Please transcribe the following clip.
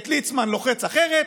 את ליצמן לוחץ אחרת,